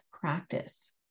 practice